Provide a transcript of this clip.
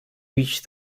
reach